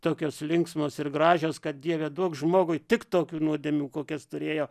tokios linksmos ir gražios kad dieve duok žmogui tik tokių nuodėmių kokias turėjo